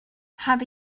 habe